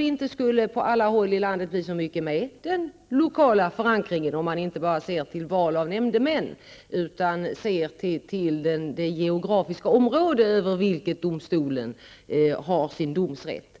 inte på alla håll bli så mycket med den lokala förankringen, om man inte bara ser till val av nämndemän utan också ser till det geografiska område över vilket domstolen har sin domsrätt.